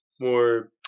more